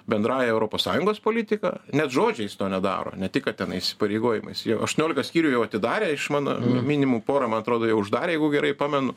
bendrąja europos sąjungos politika net žodžiais to nedaro ne tik kad tenai įsipareigojimais jau aštuoniolika skyrių jau atidarė iš mano minimų porą man atrodo jau uždarė jeigu gerai pamenu